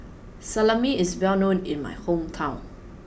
salami is well known in my hometown